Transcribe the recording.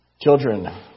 Children